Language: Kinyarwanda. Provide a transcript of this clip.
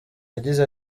yagize